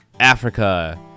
Africa